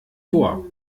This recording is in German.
vor